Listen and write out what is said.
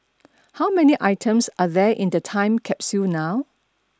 how many items are there in the time capsule now